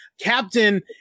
Captain